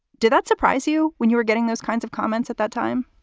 did that surprise you when you were getting those kinds of comments at that time?